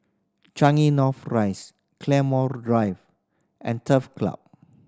Changi North Rise Claymore Drive and Turf Club